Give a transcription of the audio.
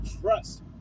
trust